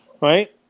right